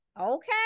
Okay